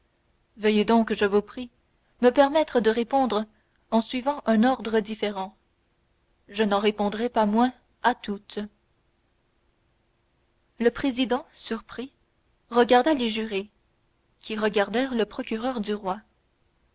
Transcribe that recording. veuillez donc je vous prie me permettre de répondre en suivant un ordre différent je n'en répondrai pas moins à toutes le président surpris regarda les jurés qui regardèrent le procureur du roi